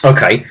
Okay